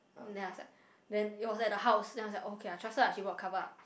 then I was like then it was at the house then I was okay I trust her ah she'll cover up